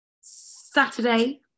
Saturday